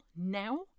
now